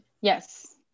yes